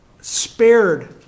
spared